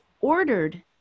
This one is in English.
ordered